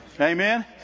Amen